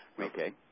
okay